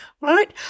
Right